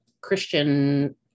Christian